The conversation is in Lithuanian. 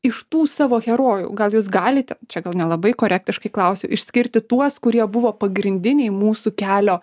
iš tų savo herojų gal jūs galite čia gal nelabai korektiškai klausiu išskirti tuos kurie buvo pagrindiniai mūsų kelio